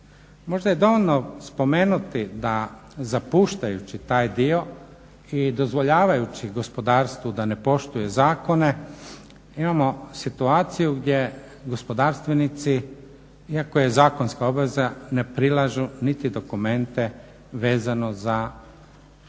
Možda je dovoljno spomenuti da zapuštajući taj dio i dozvoljavajući gospodarstvu da ne poštuje zakone imamo situaciju gdje gospodarstvenici iako je zakonska obveza ne prilažu niti dokumente vezano za poslovne